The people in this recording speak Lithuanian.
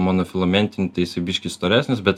monofilamentiniu tai jisai biškį storesnis bet